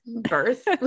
birth